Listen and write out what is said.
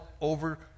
over